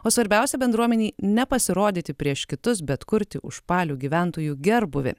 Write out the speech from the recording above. o svarbiausia bendruomenei ne pasirodyti prieš kitus bet kurti užpalių gyventojų gerbūvį